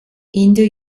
indo